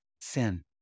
sin